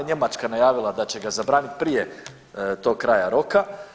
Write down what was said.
Njemačka je najavila da će ga zabraniti prije tog kraja roka.